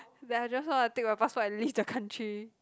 that I just want to take my passport and leave the country